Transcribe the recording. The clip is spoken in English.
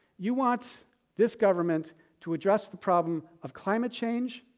you want this government to address the problem of climate change,